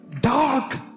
dark